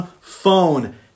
phone